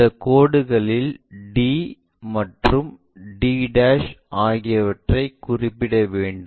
இந்த கோடுகளில் d மற்றும் d ஆகியவற்றை குறிப்பிட வேண்டும்